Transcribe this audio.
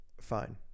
fine